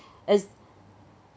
as